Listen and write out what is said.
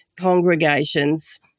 congregations